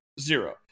Zero